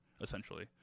essentially